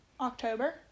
October